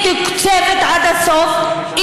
מתוקצבת עד הסוף,